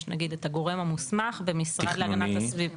יש, נגיד, את גורם המוסמך במשרד להגנת הסביבה.